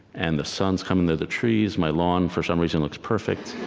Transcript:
and the sun is coming through the trees, my lawn for some reason looks perfect,